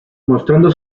mostrando